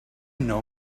know